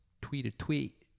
tweet-a-tweet